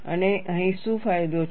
અને અહીં શું ફાયદો છે